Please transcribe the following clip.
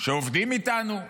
שעובדים איתנו,